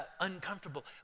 uncomfortable